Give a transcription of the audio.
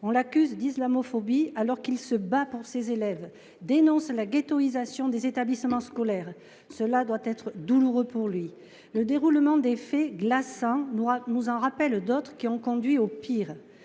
On l’accuse d’islamophobie alors qu’il se bat pour ses élèves, dénonce la ghettoïsation des établissements scolaires. […] Cela doit être douloureux pour lui. » Le déroulement des faits, glaçants, nous en rappelle d’autres, qui ont conduit au pire.